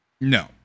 No